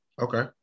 Okay